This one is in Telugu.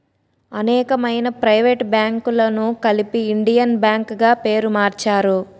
అనేకమైన ప్రైవేట్ బ్యాంకులను కలిపి ఇండియన్ బ్యాంక్ గా పేరు మార్చారు